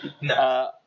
No